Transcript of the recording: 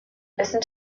listen